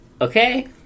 okay